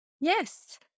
Yes